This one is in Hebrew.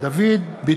נגד דוד ביטן,